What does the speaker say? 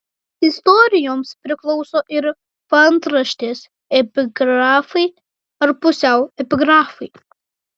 istorijoms priklauso ir paantraštės epigrafai ar pusiau epigrafai